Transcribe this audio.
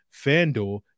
FanDuel